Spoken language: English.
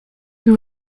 who